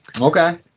Okay